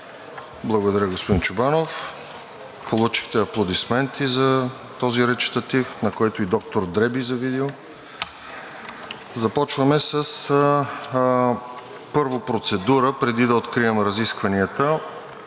Благодаря, господин Чобанов. Получихте аплодисменти за този речитатив, на който и Доктор Дре би завидял. Първо процедура, преди да открием разискванията